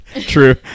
true